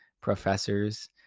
professors